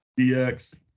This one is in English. DX